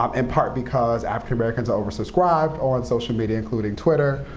um in part, because african-americans oversubscribe on social media, including twitter.